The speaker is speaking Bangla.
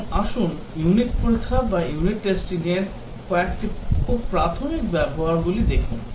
এখন আসুন ইউনিট পরীক্ষা র কয়েকটি খুব প্রাথমিক ব্যবহারগুলি দেখুন